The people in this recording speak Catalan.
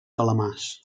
calamars